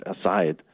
aside